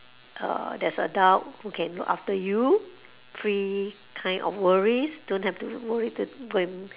uh there's adult who can look after you free kind of worries don't have to worry that when